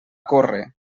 córrer